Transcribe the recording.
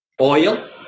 oil